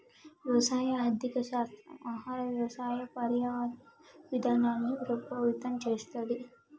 వ్యవసాయ ఆర్థిక శాస్త్రం ఆహార, వ్యవసాయ, పర్యావరణ విధానాల్ని ప్రభావితం చేస్తది